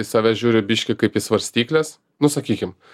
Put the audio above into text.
į save žiūriu biškį kaip į svarstykles nu sakykim